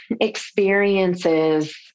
experiences